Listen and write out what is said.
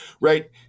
right